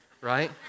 right